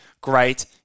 great